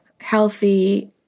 healthy